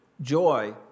Joy